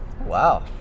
Wow